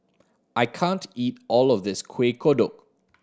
I can't eat all of this Kuih Kodok